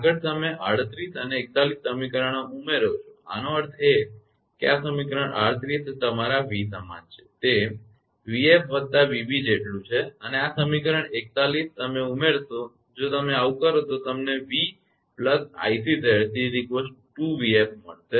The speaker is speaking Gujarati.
આગળ તમે 38 અને 41 સમીકરણો ઉમેરો છો આનો અર્થ એ કે આ સમીકરણ 38 એ તમારા v સમાન છે તે vf વત્તા vb જેટલું છે અને આ સમીકરણ 41 આ તમે ઉમેરશો જો તમે આવું કરો તો તમને 𝑉 𝑖𝑍𝑐 2𝑉𝑓 મળશે